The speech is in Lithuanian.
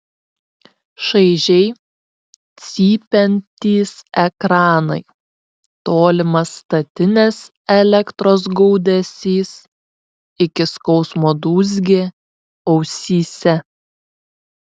šaižiai cypiantys ekranai tolimas statinės elektros gaudesys iki skausmo dūzgė ausyse